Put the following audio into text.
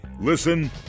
Listen